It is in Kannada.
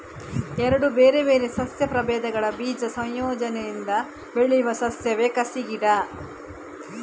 ಎರಡು ಬೇರೆ ಬೇರೆ ಸಸ್ಯ ಪ್ರಭೇದಗಳ ಬೀಜ ಸಂಯೋಜನೆಯಿಂದ ಬೆಳೆಯುವ ಸಸ್ಯವೇ ಕಸಿ ಗಿಡ